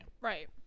Right